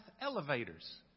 elevators